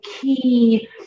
key